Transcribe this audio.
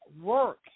work